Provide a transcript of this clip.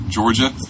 Georgia